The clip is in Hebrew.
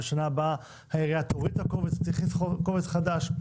ושנה הבאה העירייה תוריד את הקובץ ותכניס קובץ חדש?